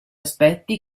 aspetti